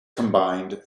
combined